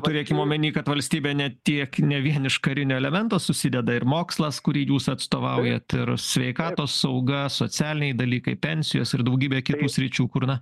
turėkim omeny kad valstybė ne tiek ne vien iš karinio elemento susideda ir mokslas kurį jūs atstovaujat ir sveikatos sauga socialiniai dalykai pensijos ir daugybė kitų sričių kur na